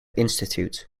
institute